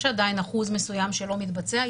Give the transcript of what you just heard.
יש עדיין אחוז מסוים שלא מתבצע.